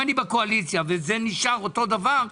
אם אני בקואליציה וזה נשאר אותו דבר,